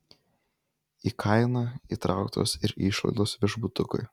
į kainą įtrauktos ir išlaidos viešbutukui